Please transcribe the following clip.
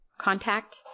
contact